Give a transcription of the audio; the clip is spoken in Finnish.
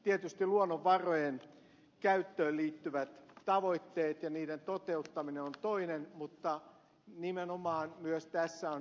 tietysti luonnonvarojen käyttöön liittyvät tavoitteet ja niiden toteuttaminen on toinen syy mutta nimenomaan myös tässä on ekokatastrofin syitä takana